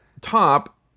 top